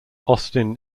austin